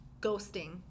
ghosting